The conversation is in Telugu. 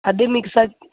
అదే మిక్స్డ్